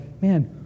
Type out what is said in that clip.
man